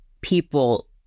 people